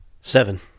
Seven